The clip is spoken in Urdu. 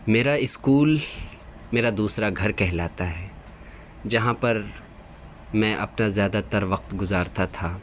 میرا اسکول میرا دوسرا گھر کہلاتا ہے جہاں پر میں اپنا زیادہ تر وقت گزارتا تھا